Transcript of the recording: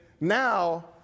now